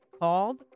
called